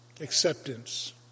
Acceptance